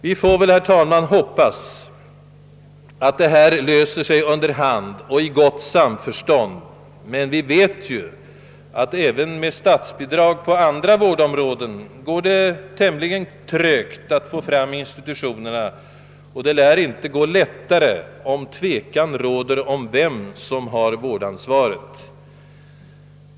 Vi får väl, herr talman, hoppas att de här svåra frågorna trots allt kommer att lösa sig efter hand och i gott samförstånd; men vi vet att det även när det finns statsbidrag på andra vårdområden går tämligen trögt att få fram institutionerna, och det lär inte gå lättare om tvekan råder om vem som har vårdansvaret.